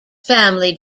family